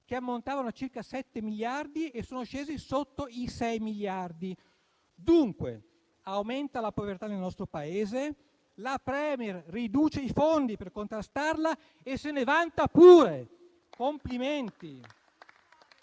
che ammontavano a circa sette miliardi e sono scesi sotto i sei miliardi. Dunque, aumenta la povertà nel nostro Paese, la *Premier* riduce i fondi per contrastarla e se ne vanta pure. Complimenti!